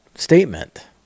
statement